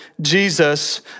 Jesus